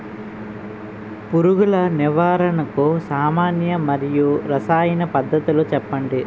పురుగుల నివారణకు సామాన్య మరియు రసాయన పద్దతులను చెప్పండి?